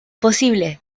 posibles